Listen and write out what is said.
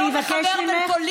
אני אבקש ממך,